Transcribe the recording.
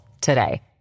today